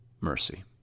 mercy